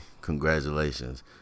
congratulations